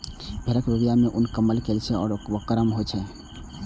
भेड़क रुइंया सं उन, कंबल बनै छै आ से बहुत गरम होइ छै